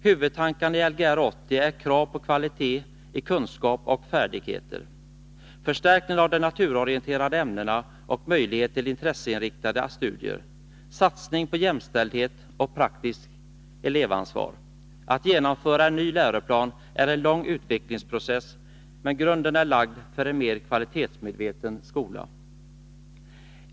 Huvudtankarna i Lgr 80 är krav på kvalitet i kunskaper och färdigheter, förstärkning av de naturorienterande ämnena och möjlighet till intresseinriktade studier, satsningar på jämställdhet och praktiskt elevansvar. Att genomföra en ny läroplan är en lång utvecklingsprocess, men grunden är lagd för en mer kvalitetsmedveten skola.